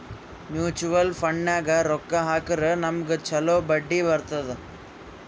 mutual ಫಂಡ್ನಾಗ್ ರೊಕ್ಕಾ ಹಾಕುರ್ ನಮ್ಗ್ ಛಲೋ ಬಡ್ಡಿ ಬರ್ತುದ್